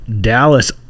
Dallas